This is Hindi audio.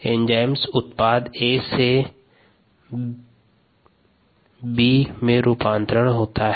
एंजाइम उत्पाद A से निर्माण B में रूपांतरण होता हैं